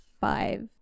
five